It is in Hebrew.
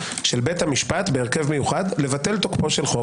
של בית המשפט בהרכב מיוחד לבטל תוקפו של חוק,